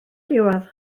diwedd